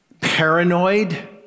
paranoid